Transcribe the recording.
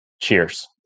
Cheers